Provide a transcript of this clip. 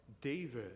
David